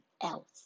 else